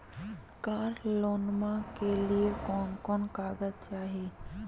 कार लोनमा के लिय कौन कौन कागज चाही?